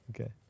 Okay